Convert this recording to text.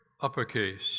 uppercase